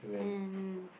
and